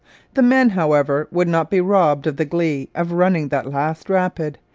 the men, however, would not be robbed of the glee of running that last rapid,